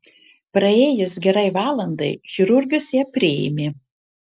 praėjus gerai valandai chirurgas ją priėmė